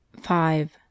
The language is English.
five